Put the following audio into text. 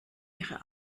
ihre